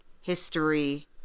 history